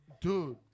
dude